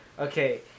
Okay